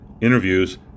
interviews